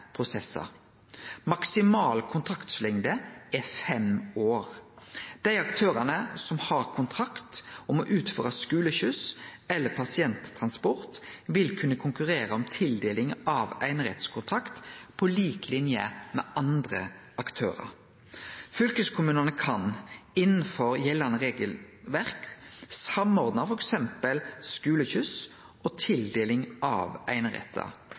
prosessar. Maksimal kontraktlengde er fem år. Dei aktørane som har kontrakt om å utføre skuleskyss eller pasienttransport, vil kunne konkurrere om tildeling av einerettskontrakt på lik linje med andre aktørar. Fylkeskommunane kan innanfor gjeldande regelverk samordne f.eks. skuleskyss og tildeling av einerettar. Vidare kan fylkeskommunane samarbeide med helseføretaka om samordning av einerettar,